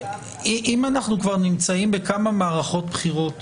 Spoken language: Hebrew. אם אנחנו כבר נמצאים בכמה מערכות בחירות